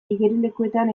igerilekuetan